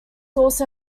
also